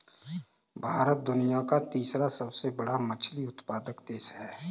भारत दुनिया का तीसरा सबसे बड़ा मछली उत्पादक देश है